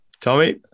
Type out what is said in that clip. Tommy